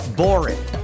boring